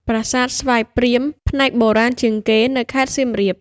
ប្រាសាទស្វាយព្រាម (ផ្នែកបុរាណជាងគេ) នៅ (ខេត្តសៀមរាប)។